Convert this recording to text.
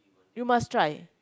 you must try